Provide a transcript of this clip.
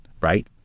right